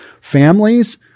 families